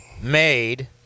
made